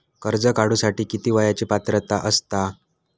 कर्ज काढूसाठी किती वयाची पात्रता असता?